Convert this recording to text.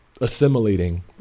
assimilating